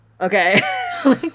Okay